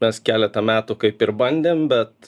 mes keleta metų kaip ir bandėm bet